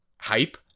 hype